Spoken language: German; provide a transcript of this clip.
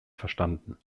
verstanden